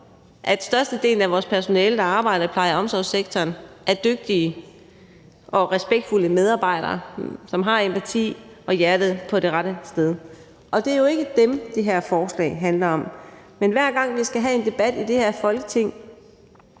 at størstedelen af vores personale, der arbejder i pleje- og omsorgssektoren, er dygtige og respektfulde medarbejdere, som har empati og hjertet på det rette sted, og det er jo ikke dem, som det her forslag handler om. Kl. 14:27 Men hver gang vi skal have en debat i det her Folketing,